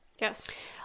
Yes